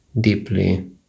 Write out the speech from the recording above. deeply